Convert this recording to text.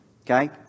Okay